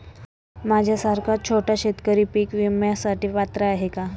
माझ्यासारखा छोटा शेतकरी पीक विम्यासाठी पात्र आहे का?